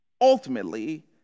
ultimately